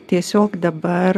tiesiog dabar